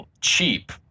cheap